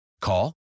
Call